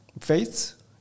faith